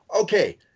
okay